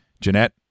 Jeanette